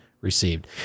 received